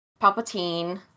Palpatine